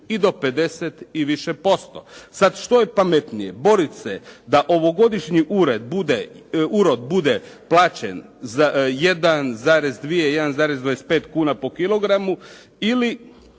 i do 50 i više posto. Sad što je pametnije? Boriti se da ovogodišnji urod bude plaćen 1,2, 1,25 kuna po kilogramu ili,